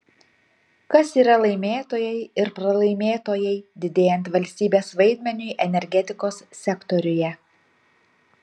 kas yra laimėtojai ir pralaimėtojai didėjant valstybės vaidmeniui energetikos sektoriuje